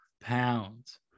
pounds